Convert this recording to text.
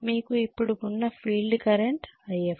మీకు ఇప్పుడు ఉన్న ఫీల్డ్ కరెంట్ Ifl